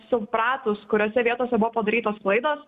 supratus kuriose vietose buvo padarytos klaidos